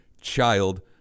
child –